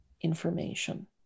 information